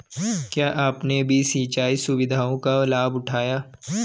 क्या आपने भी सिंचाई सुविधाओं का लाभ उठाया